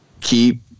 keep